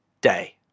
day